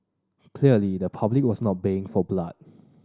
clearly the public was not baying for blood